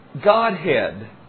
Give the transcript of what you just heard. Godhead